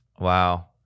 Wow